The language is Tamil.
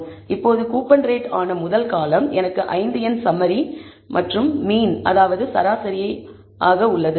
இப்போது கூப்பன் ரேட் ஆன முதல் காலம்ன் எனக்கு 5 எண் சம்மரி மற்றும் மீன் அதாவது சராசரி உள்ளது